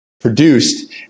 produced